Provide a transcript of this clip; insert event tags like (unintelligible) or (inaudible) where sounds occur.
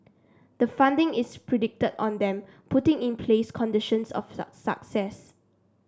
the funding is predicated on them putting in place conditions of (unintelligible) success